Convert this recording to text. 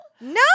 No